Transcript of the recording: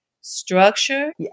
structure